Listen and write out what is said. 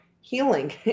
healing